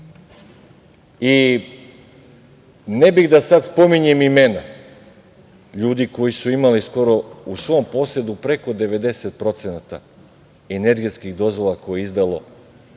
bih da sada spominjem imena ljudi koji su imali skoro u svom posedu preko 90% energetskih dozvola koje je izdao